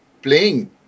playing